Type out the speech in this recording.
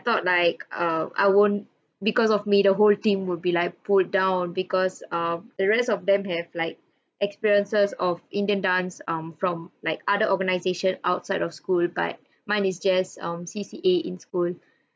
thought like err I won't because of me the whole team will be like put down because um the rest of them have like experiences of indian dance um from like other organization outside of school but mine is just um C_C_A in school